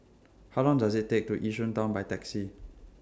How Long Does IT Take to Yishun Town By Taxi